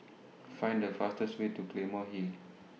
Find The fastest Way to Claymore Hill